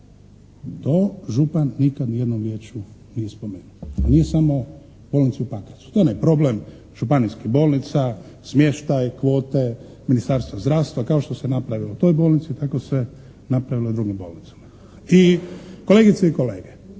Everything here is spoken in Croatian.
To župan nikad ni jednom riječju nije spomenuo. Nije samo bolnici u Pakracu. To je onaj problem županijskih bolnica, smještaj, kvote, Ministarstvo zdravstva kao što se napravilo u toj bolnici tako se napravilo u drugim bolnicama. I kolegice i kolege